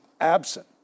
absent